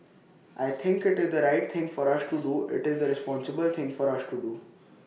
I think IT is the right thing for us to do IT is the responsible thing for us to do